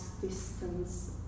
distance